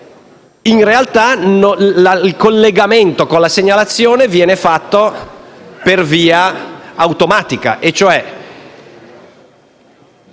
in realtà, il collegamento con la segnalazione viene fatto per via automatica,